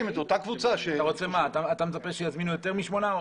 אתה מצפה שיזמינו יותר משמונה?